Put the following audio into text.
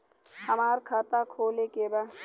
हमार खाता खोले के बा?